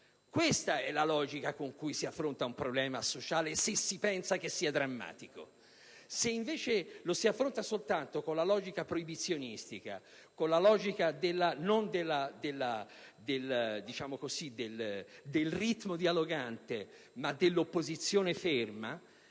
Questa è la logica con cui si affronta un problema sociale se si pensa che sia drammatico. Se, invece, lo si affronta soltanto con la logica proibizionistica, non dialogante, con la logica dell'opposizione ferma,